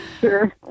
Sure